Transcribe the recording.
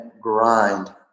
grind